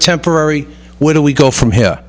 temporary where do we go from here